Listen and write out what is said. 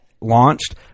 launched